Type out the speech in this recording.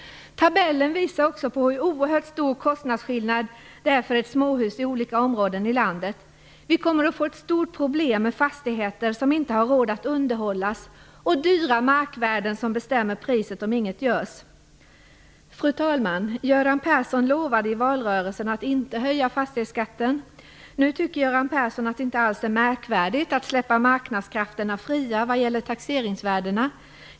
Tabellen visar också hur oerhört stor kostnadsskillnaden är på småhus i olika områden i landet. Om inget görs kommer vi att få ett stort problem med fastigheter som man inte har råd att underhålla och dyra markvärden som bestämmer priset. Fru talman! Göran Persson lovade i valrörelsen att inte höja fastighetsskatten. Nu tycker Göran Persson att det inte alls är märkvärdigt att släppa marknadskrafterna fria när det gäller taxeringsvärdena.